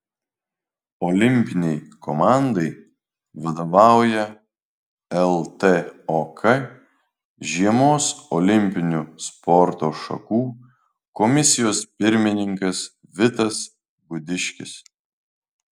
olimpinei komandai vadovauja ltok žiemos olimpinių sporto šakų komisijos pirmininkas vitas gudiškis